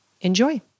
Enjoy